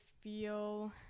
feel